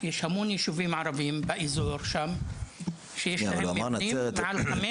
יש המון יישובים ערביים באזור שם שיש להם מבנים מעל חמש,